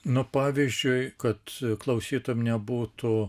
nu pavyzdžiui kad klausytojam nebūtų